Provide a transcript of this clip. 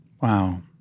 Wow